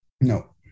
No